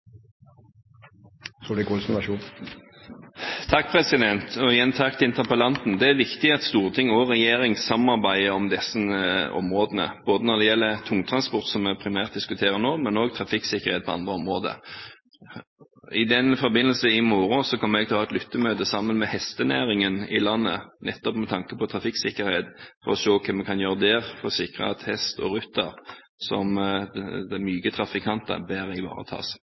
viktig at storting og regjering samarbeider om disse områdene, både når det gjelder tungtransport, som vi primært diskuterer nå, og trafikksikkerhet på andre områder. I den forbindelse vil jeg i morgen ha et lyttemøte med hestenæringen i landet, nettopp med tanke på trafikksikkerhet for å se på hva vi kan gjøre bedre for å sikre at hest og rytter, som er myke trafikanter, bedre kan ivaretas.